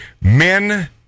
men